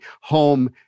home